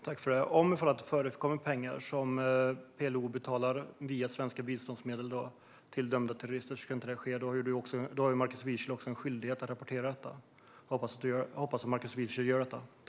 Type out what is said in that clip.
Herr talman! Om det förekommer pengar som PLO betalar via svenska biståndsmedel till dömda terrorister ska det inte ske. Då har Markus Wiechel också en skyldighet att rapportera detta. Jag hoppas att Markus Wiechel gör det.